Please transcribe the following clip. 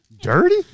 Dirty